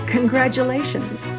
Congratulations